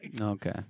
Okay